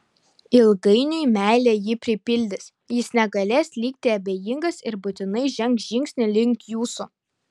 ilgainiui meilė jį pripildys jis negalės likti abejingas ir būtinai žengs žingsnį link jūsų